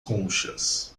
conchas